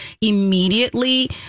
immediately